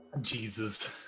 Jesus